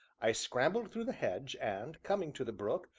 i scrambled through the hedge, and, coming to the brook,